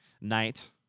night